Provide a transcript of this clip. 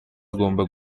agomba